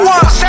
One